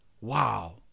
Wow